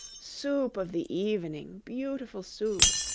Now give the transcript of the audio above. soup of the evening, beautiful soup!